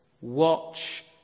watch